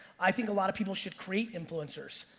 i think a lot of people should create influencers,